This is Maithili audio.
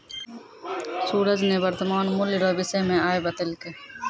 सूरज ने वर्तमान मूल्य रो विषय मे आइ बतैलकै